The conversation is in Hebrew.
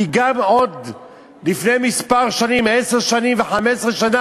כי גם עוד לפני כמה שנים, עשר שנים ו-15 שנה,